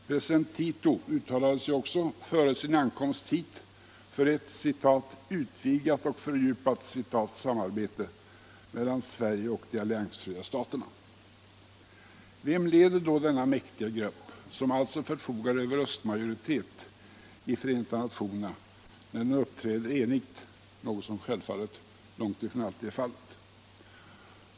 President Tito uttalade sig också före sin ankomst hit för ett ”utvidgat och fördjupat” samarbete mellan Sverige och de alliansfria staterna. Vem leder då denna mäktiga grupp, som förfogar över röstmajoritet i Förenta nationerna när den uppträder enigt? — något som självfallet långt ifrån alltid är fallet.